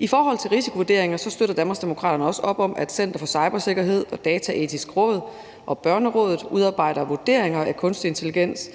I forhold til risikovurderinger støtter Danmarksdemokraterne også op om, at Center for Cybersikkerhed og Dataetisk Råd og Børnerådet udarbejder vurderinger af kunstig intelligens.